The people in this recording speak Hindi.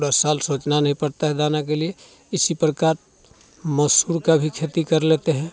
पूरा साल सोचना नहीं पड़ता है दाना के लिए इसी प्रकार मसूर का भी खेती कर लेते हैं